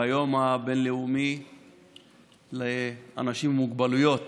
ביום הבין-לאומי לאנשים עם מוגבלויות